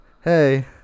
hey